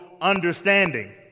understanding